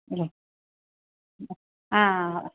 ಹಾಂ ಹಾಂ ಹಾಂ